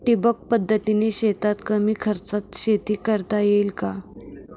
ठिबक पद्धतीने शेतात कमी खर्चात शेती करता येईल का?